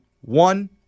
one